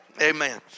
Amen